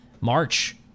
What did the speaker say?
March